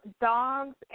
Dogs